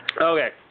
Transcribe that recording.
Okay